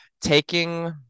taking